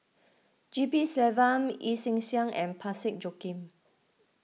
G P Selvam Yee Chia Hsing and Parsick Joaquim